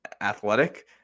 athletic